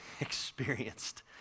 experienced